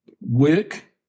Work